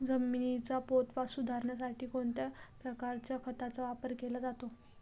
जमिनीचा पोत सुधारण्यासाठी कोणत्या प्रकारच्या खताचा वापर केला जातो?